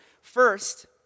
First